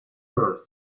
earth